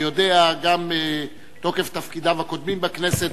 ויודע גם מתוקף תפקידיו הקודמים בכנסת,